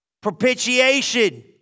Propitiation